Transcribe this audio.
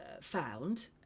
found